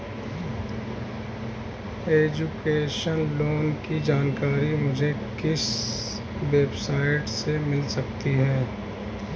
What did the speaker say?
Education loan की जानकारी मुझे किस वेबसाइट से मिल सकती है?